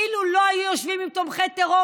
אילו לא היו יושבים עם תומכי טרור